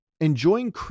Enjoying